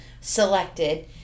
selected